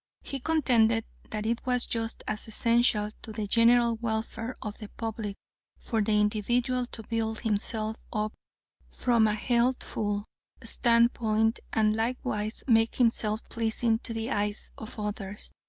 he contended that it was just as essential to the general welfare of the public for the individual to build himself up from a healthful standpoint, and likewise make himself pleasing to the eyes of others,